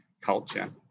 culture